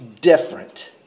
different